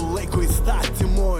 laiko įstatymui